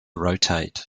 rotate